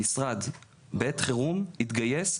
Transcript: המשרד בעת חירום התגייס,